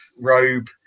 robe